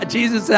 Jesus